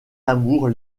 amour